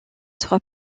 trois